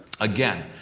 Again